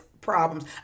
problems